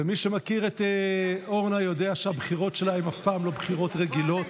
מי שמכיר את אורנה יודע שהבחירות שלה הן אף פעם לא בחירות רגילות,